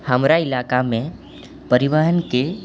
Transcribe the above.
हमरा इलाकामे परिवहनके